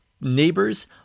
neighbors